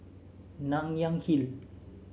Nanyang Hill